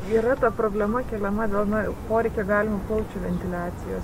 yra ta problema keliama dėl na poreikio galima plaučių ventiliacijos